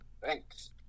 thanks